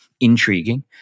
intriguing